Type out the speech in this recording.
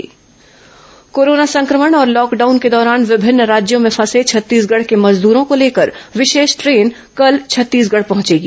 corona train वापसी corona संक्रमण और लॉकडाउन के दौरान विभिन्न राज्यों में फंसे छत्तीसगढ़ के मजदूरों को लेकर विशेष ट्रेन कल छत्तीसगढ़ पहुंचेगी